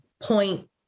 point